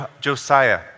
Josiah